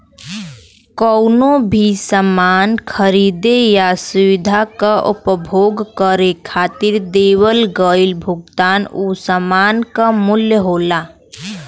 कउनो भी सामान खरीदे या सुविधा क उपभोग करे खातिर देवल गइल भुगतान उ सामान क मूल्य होला